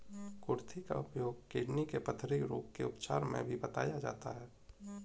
कुर्थी का उपयोग किडनी के पथरी रोग के उपचार में भी बताया जाता है